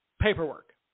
paperwork